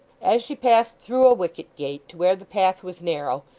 as she passed through a wicket-gate to where the path was narrow,